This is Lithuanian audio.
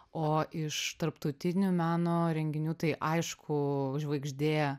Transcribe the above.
o iš tarptautinių meno renginių tai aišku žvaigždė